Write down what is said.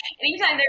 Anytime